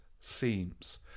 seems